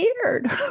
scared